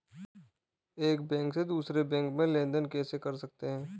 एक बैंक से दूसरे बैंक में लेनदेन कैसे कर सकते हैं?